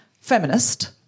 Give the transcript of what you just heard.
feminist